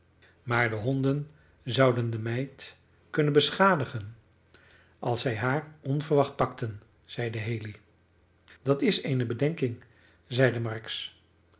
maar de honden zouden de meid kunnen beschadigen als zij haar onverwacht pakten zeide haley dat is eene bedenking zeide marks